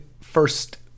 first